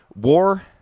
war